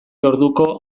orduko